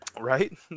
Right